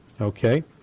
okay